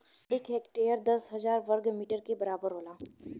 एक हेक्टेयर दस हजार वर्ग मीटर के बराबर होला